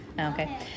Okay